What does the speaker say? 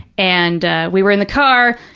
and we were in the car.